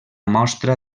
mostra